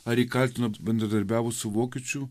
ar jį kaltino bendradarbiavus su vokiečių